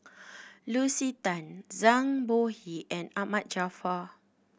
Lucy Tan Zhang Bohe and Ahmad Jaafar